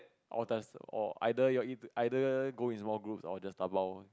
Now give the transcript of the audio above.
all does or either your all either go in small groups or just dabao one